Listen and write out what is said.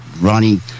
Ronnie